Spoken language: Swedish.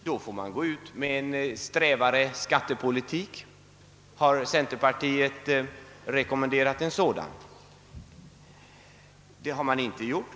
Då måste man ju föra en strävare skattepolitik. Har centerpartisterna rekommenderat en sådan politik? Nej, det har de inte gjort.